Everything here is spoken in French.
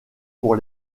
pour